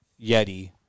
Yeti